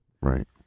Right